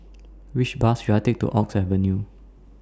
Which Bus should I Take to Oak Avenue